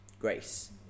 Grace